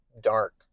dark